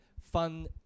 fun